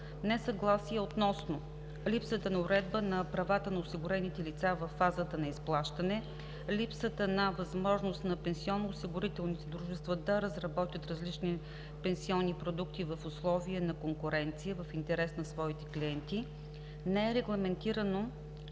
несъгласие относно: липсата на уредба на правата на осигурените лица във фазата на изплащане; липсата на възможност на пенсионноосигурителните дружества да разработят различни пенсионни продукти в условия на конкуренция, в интерес на своите клиенти. Не е регламентирано